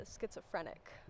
schizophrenic